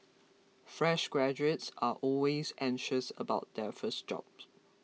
fresh graduates are always anxious about their first jobs